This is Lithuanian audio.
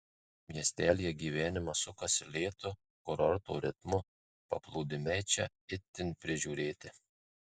miestelyje gyvenimas sukasi lėtu kurorto ritmu paplūdimiai čia itin prižiūrėti